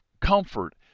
comfort